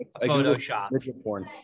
Photoshop